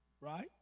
Right